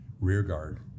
rearguard